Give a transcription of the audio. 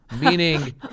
meaning